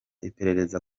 iperereza